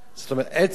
זאת אומרת, עצם